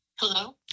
Hello